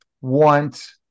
want